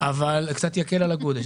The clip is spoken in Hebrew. זה קצת יקל על הגודש.